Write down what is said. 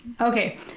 Okay